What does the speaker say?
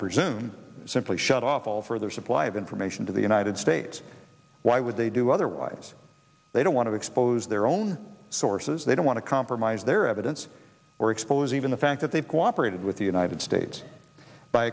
presume simply shut off all further supply of information to the united states why would they do otherwise they don't want to expose their own sources they don't want to compromise their evidence or expose even the fact that they've cooperated with the united states